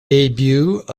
debut